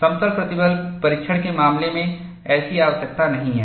समतल प्रतिबल परीक्षण के मामले में ऐसी आवश्यकता नहीं है